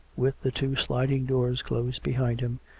with the two sliding doors closed behind him,